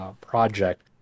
project